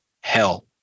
hell